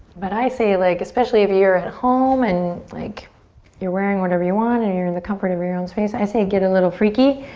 but i say like, especially if you're at home and like you're wearing whatever you want and you're in the comfort of your your own space i say get a little freaky.